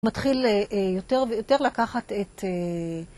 מתחיל יותר ויותר לקחת את...